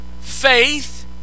faith